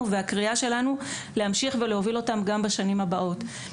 והקריאה שלנו להמשיך ולהוביל אותם גם בשנים הבאות.